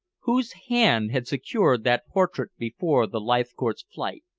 whose hand had secured that portrait before the leithcourt's flight?